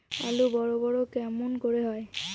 আলু বড় বড় কেমন করে হয়?